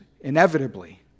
inevitably